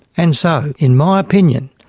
and so, in my opinion,